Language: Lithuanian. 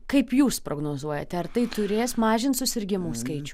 kaip jūs prognozuojate ar tai turės mažint susirgimų skaičių